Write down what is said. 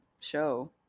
show